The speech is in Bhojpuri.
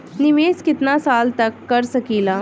निवेश कितना साल तक कर सकीला?